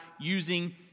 using